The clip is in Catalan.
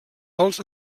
als